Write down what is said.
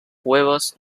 huevos